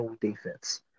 defense